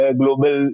global